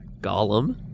Gollum